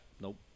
Nope